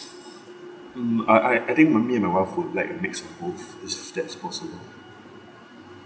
mm I I I think my me and my wife would like mix of both is that's possible